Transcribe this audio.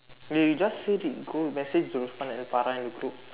we we just say go let's say Zulfan and Farah in group